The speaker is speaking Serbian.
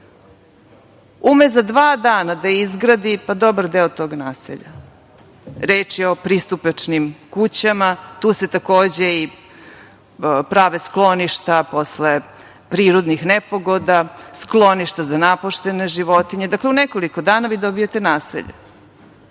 ume za dva dana da izgradi dobar deo tog naselja. Reč je o pristupačnim kućama. Tu se, takođe, prave i skloništa posle prirodnih nepogoda, skloništa za napuštene životinje. Dakle, u nekoliko dana vi dobijate naselje. Sledeći